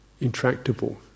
intractable